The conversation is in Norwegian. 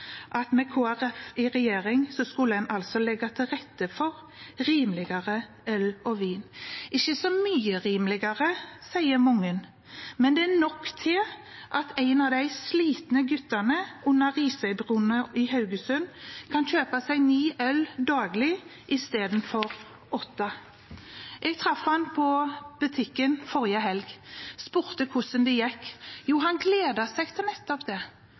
at en med Kristelig Folkeparti i regjering skulle legge til rette for rimeligere øl og vin. Ikke så mye rimeligere, sier mange, men det er nok til at en av de slitne guttene under Risøybrua i Haugesund kan kjøpe seg ni øl daglig istedenfor åtte. Jeg traff ham på butikken forrige helg, spurte hvordan det gikk. Jo, han gledet seg til nettopp det.